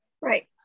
Right